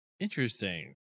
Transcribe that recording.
interesting